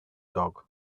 dog